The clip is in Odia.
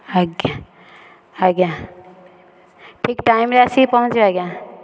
ଆଜ୍ଞା ଆଜ୍ଞା ଠିକ ଟାଇମ୍ ରେ ଆସି ପହଞ୍ଚିବେ ଆଜ୍ଞା